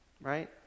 Right